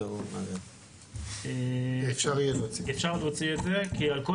כאילו --- אפשר להוציא את זה כי על כל